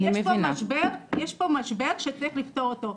יש פה משבר שצריך לפתור אותו.